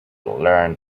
learned